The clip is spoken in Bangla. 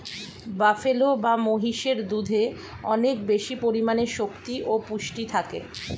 বাফেলো বা মহিষের দুধে অনেক বেশি পরিমাণে শক্তি ও পুষ্টি থাকে